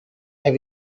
have